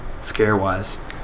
scare-wise